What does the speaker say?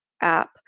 app